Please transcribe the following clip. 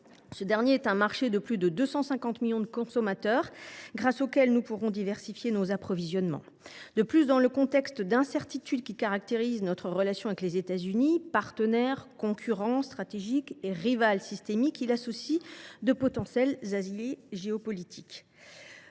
Ce dernier est un marché de plus de 250 millions de consommateurs, grâce auquel nous pourrons diversifier nos approvisionnements. De plus, dans le contexte d’incertitude qui caractérise notre relation avec les États Unis, « partenaire, concurrent stratégique et rival systémique », il associe de potentiels alliés géopolitiques.